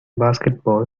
basketball